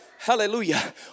Hallelujah